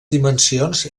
dimensions